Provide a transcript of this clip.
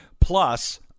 plus